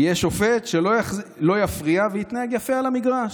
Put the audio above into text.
יהיה שופט שלא יפריע ויתנהג יפה על המגרש.